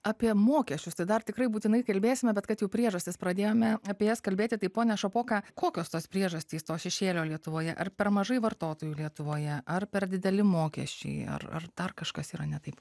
apie mokesčius tai dar tikrai būtinai kalbėsime bet kad jau priežastis pradėjome apie jas kalbėti tai pone šapoka kokios tos priežastys to šešėlio lietuvoje ar per mažai vartotojų lietuvoje ar per dideli mokesčiai ar ar dar kažkas yra ne taip